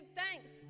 thanks